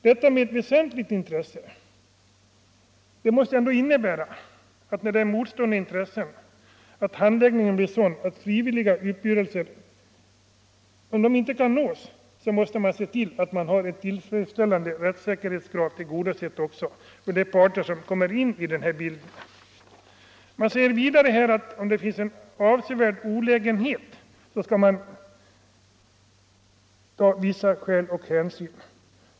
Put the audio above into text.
Detta med ”väsentligt intresse” måste ändå innebära att när det är fråga om motstående intressen och frivilliga uppgörelser inte kan nås 9 måste man se till, att man har ett tillfredsställande rättsskydd också för de parter som kommer in i den bilden. Statsrådet säger så att man, om det kan uppstå avsevärd olägenhet, skall ta vissa skäl och hänsyn.